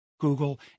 Google